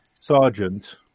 sergeant